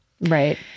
Right